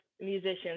musicians